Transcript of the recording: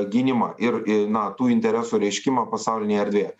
gynimą ir na tų interesų reiškimą pasaulinėje erdvėje